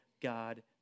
God